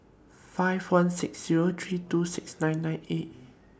five one six Zero three two six nine nine eight